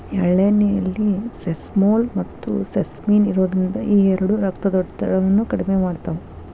ಎಳ್ಳೆಣ್ಣೆಯಲ್ಲಿ ಸೆಸಮೋಲ್, ಮತ್ತುಸೆಸಮಿನ್ ಇರೋದ್ರಿಂದ ಈ ಎರಡು ರಕ್ತದೊತ್ತಡವನ್ನ ಕಡಿಮೆ ಮಾಡ್ತಾವ